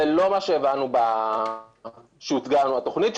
זה לא מה שהבנו עת הוצגה לנו התוכנית.